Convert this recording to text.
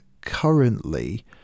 currently